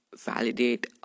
validate